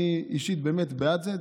אני אישית באמת בעד זה,